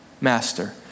master